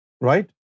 right